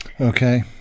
Okay